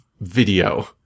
video